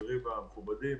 החברים המכובדים,